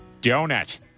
donut